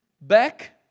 back